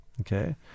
Okay